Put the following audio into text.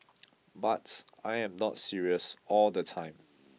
but I am not serious all the time